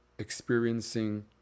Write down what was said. experiencing